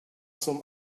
zum